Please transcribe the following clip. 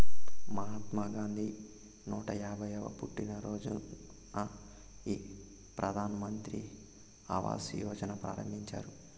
మహాత్మా గాంధీ నూట యాభైయ్యవ పుట్టినరోజున ఈ ప్రధాన్ మంత్రి ఆవాస్ యోజనని ప్రారంభించారు